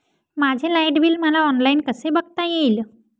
माझे light bill मला online कसे बघता येईल?